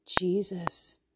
Jesus